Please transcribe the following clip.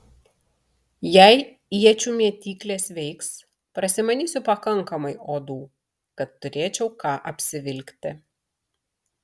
jei iečių mėtyklės veiks prasimanysiu pakankamai odų kad turėčiau ką apsivilkti